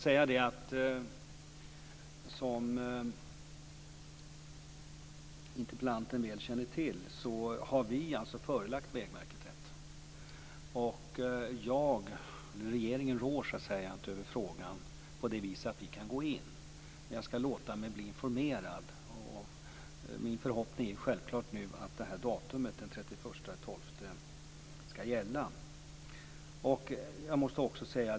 Som interpellanten väl känner till har vi förelagt Vägverket detta, och regeringen råder inte över frågan på det viset att vi kan gå in. Men jag skall låta mig bli informerad, och min förhoppning är självfallet att datumet den 31 december skall gälla.